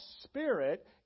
spirit